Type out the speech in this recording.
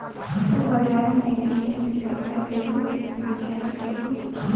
तू बजारे मे ए.टी.एम से पइसा देलू, रीचार्ज कइलू